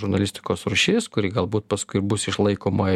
žurnalistikos rūšis kuri galbūt paskui bus išlaikomai